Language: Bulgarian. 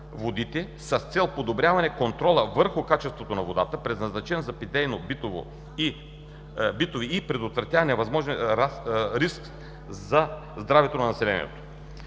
с цел подобряване на контрола върху качествата на водата, предназначена за питейно-битови нужди и предотвратяване на възможен риск за здравето на населението.